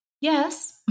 Yes